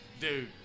Dude